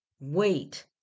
wait